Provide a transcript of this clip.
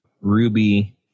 ruby